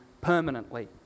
permanently